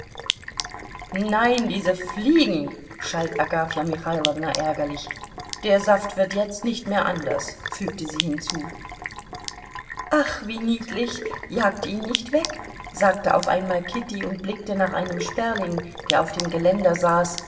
nein diese fliegen schalt agafja michailowna ärgerlich der saft wird jetzt nicht mehr anders fügte sie hinzu ach wie niedlich jagt ihn nicht weg sagte auf einmal kitty und blickte nach einem sperling der auf dem geländer saß